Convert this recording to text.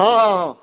ହଁ ହଁ ହଁ